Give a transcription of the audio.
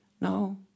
No